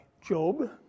Job